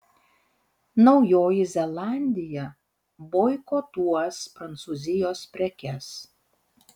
naujoji zelandija boikotuos prancūzijos prekes